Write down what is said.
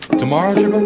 tomorrow's your